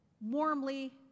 warmly